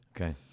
Okay